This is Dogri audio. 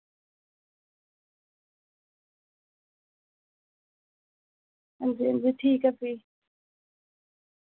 अंजी अंजी ठीक ठीक ऐ जी